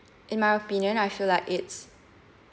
in my opinion I feel like it's